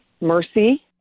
mercy